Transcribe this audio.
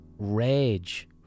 Rage